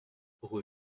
rue